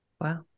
Wow